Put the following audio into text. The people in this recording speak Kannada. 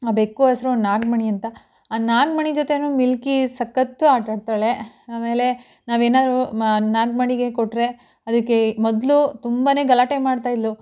ಆ ಬೆಕ್ಕು ಹೆಸರು ನಾಗಮಣಿ ಅಂತ ಆ ನಾಗಮಣಿ ಜೊತೆಯೂ ಮಿಲ್ಕಿ ಸಕ್ಕತ್ತು ಆಟಾಡ್ತಾಳೆ ಆಮೇಲೆ ನಾವೇನಾದರೂ ನಾಗ್ಮಣಿಗೆ ಕೊಟ್ಟರೆ ಅದಕ್ಕೆ ಮೊದಲು ತುಂಬ ಗಲಾಟೆ ಮಾಡ್ತಾಯಿದ್ದಳು